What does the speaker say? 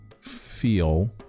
feel